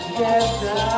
Together